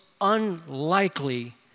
unlikely